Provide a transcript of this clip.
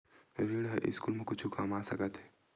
ऋण ह स्कूल मा कुछु काम आ सकत हे?